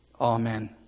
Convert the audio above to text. Amen